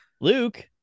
Luke